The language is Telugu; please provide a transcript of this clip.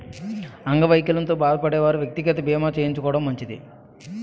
అంగవైకల్యంతో బాధపడే వారు వ్యక్తిగత బీమా చేయించుకోవడం మంచిది